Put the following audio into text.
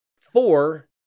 four